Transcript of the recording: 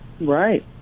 Right